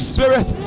Spirit